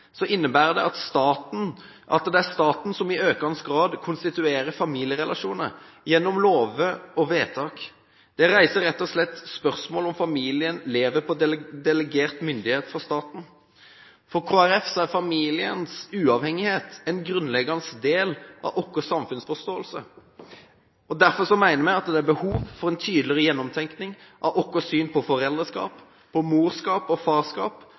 innebærer det at det er staten som i økende grad konstituerer familierelasjonene gjennom lover og vedtak. Det reiser rett og slett spørsmålet om familien lever på delegert myndighet fra staten. For Kristelig Folkeparti er familiens uavhengighet en grunnleggende del av vår samfunnsforståelse. Derfor mener vi at det er et behov for en tydeligere gjennomtenkning av vårt syn på foreldreskap, morskap og farskap,